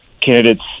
candidates